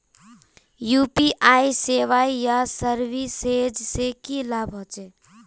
UPI सेवाएँ या services से की लाभ होचे?